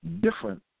Different